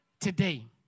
today